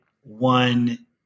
one